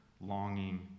longing